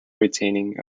retaining